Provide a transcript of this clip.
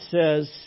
says